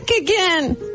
again